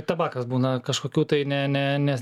tabakas būna kažkokių tai ne ne nes